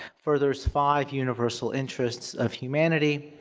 furthers five universal interests of humanity.